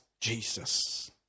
Jesus